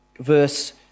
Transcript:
verse